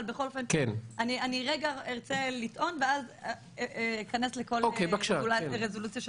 אבל אני ארצה לטעון ואז ניכנס לרזולוציה שצריך.